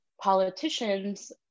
politicians